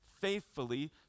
faithfully